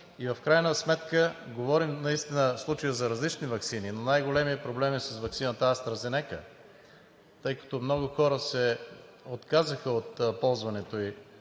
и в крайна сметка говорим наистина в случая за различни ваксини, но най-големият проблем е с ваксината „Астра Зенека“, тъй като много хора се отказаха от ползването